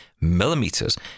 millimeters